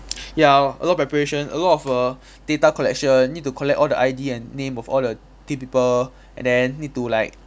ya a lot of preparation a lot of err data collection need to collect all the I_D and name of all the team people and then need to like